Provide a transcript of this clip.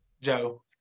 Joe